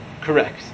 Correct